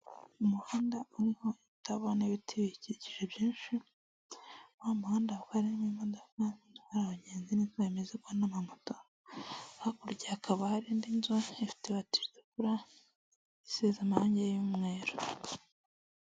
Umuhanda uriho utabona ibiti bikikije byinshi, wa muhanda kuko harimo imodoka itwara abagenzi ni bemeza ko'ama moto, hakurya hakaba hari indi nzu yafite ibati ritukura isize amarangi y'umweru.